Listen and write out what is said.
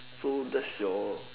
so that's your